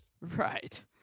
Right